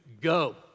go